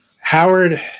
Howard